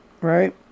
right